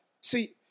See